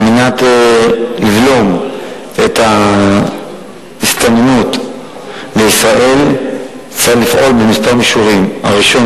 כדי לבלום את ההסתננות לישראל צריך לפעול בכמה מישורים: הראשון,